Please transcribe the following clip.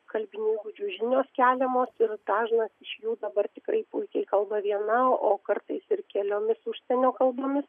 kalbinių įgūdžių žinios keliamos ir dažnas iš jų dabar tikrai puikiai kalba viena o kartais ir keliomis užsienio kalbomis